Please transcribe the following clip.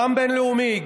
גם בין-לאומי,